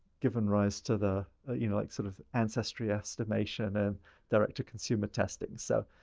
given rise to the, you know, like sort of ancestry estimation and direct-to-consumer testing. so,